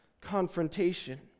confrontation